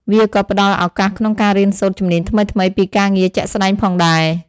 វាក៏ផ្តល់ឱកាសក្នុងការរៀនសូត្រជំនាញថ្មីៗពីការងារជាក់ស្តែងផងដែរ។